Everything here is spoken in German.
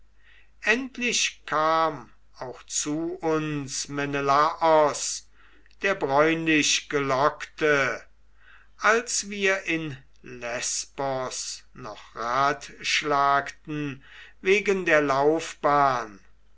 endlich kam auch zu uns menelaos der bräunlichgelockte als wir in lesbos noch ratschlagten wegen der laufbahn